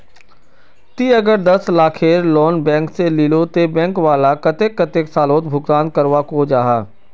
ती अगर दस लाखेर लोन बैंक से लिलो ते बैंक वाला कतेक कतेला सालोत भुगतान करवा को जाहा?